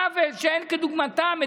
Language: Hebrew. עוול שאין כדוגמתו.